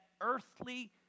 earthly